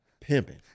pimping